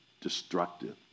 destructive